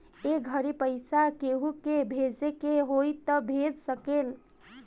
ए घड़ी पइसा केहु के भेजे के होई त भेज सकेल